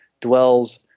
dwells